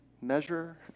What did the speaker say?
measure